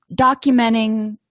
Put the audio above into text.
documenting